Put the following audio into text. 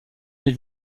les